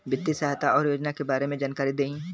वित्तीय सहायता और योजना के बारे में जानकारी देही?